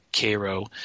Cairo